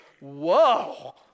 whoa